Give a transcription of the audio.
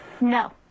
No